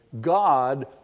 God